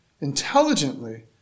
intelligently